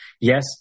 Yes